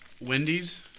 Wendy's